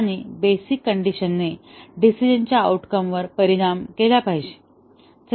आणि बेसिक कंडिशनने डिसिजनच्या आऊटकमवर परिणाम केला पाहिजे